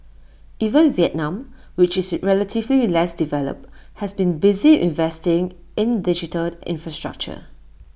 even Vietnam which is relatively less developed has been busy investing in digital infrastructure